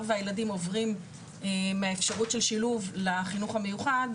והילדים עוברים מהאפשרות של שילוב לחינוך המיוחד,